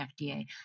FDA